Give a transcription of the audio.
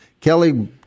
Kelly